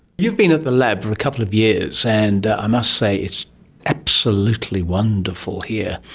you've been at the lab for a couple of years and i must say it's absolutely wonderful here.